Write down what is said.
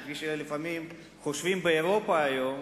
כפי שלפעמים חושבים באירופה היום,